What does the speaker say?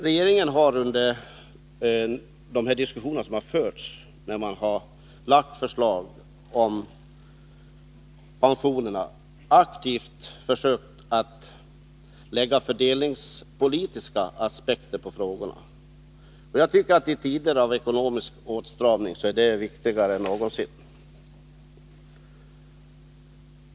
Regeringen har under de diskussioner som har föregått förslagen om pensionerna aktivt försökt anlägga fördelningspolitiska aspekter på frågorna. I tider av ekonomisk åtstramning är det viktigare än någonsin.